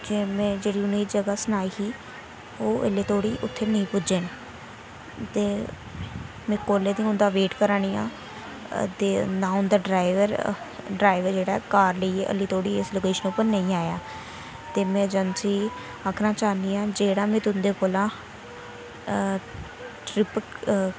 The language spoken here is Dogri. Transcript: ते में जेह्ड़ी उनेंगी जगह् सनाई ही ओह् ऐल्लै धोड़ी उत्थें नेईं पुज्जे न ते में कोल्ले दी उं'दा वेट करा नी आं ते ना उं'दा ड्राईवर ड्राईवर जेह्ड़ा ऐ कार लेइयै अल्ली धोड़ी स्टेशन उप्पर नेईं आया ते में जैंसी गी आखना चाह्न्नी आं जेह्ड़ा में तुं'दे कोलां ट्रिप